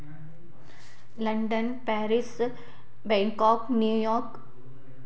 London Paris Bangkok New York